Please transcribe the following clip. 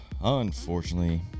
Unfortunately